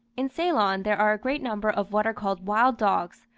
in ceylon there are a great number of what are called wild dogs,